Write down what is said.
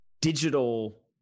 digital